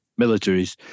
militaries